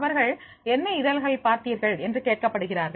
அவர்களை என்ன இதழ்கள் பார்த்தீர்கள் என்று கேட்க படுகிறார்கள்